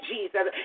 Jesus